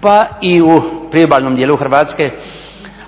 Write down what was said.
pa i u priobalnom dijelu Hrvatske